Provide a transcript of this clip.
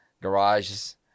garages